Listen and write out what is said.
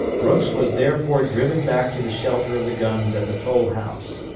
brooks was therefore driven back to the shelter of the guns at the toll house.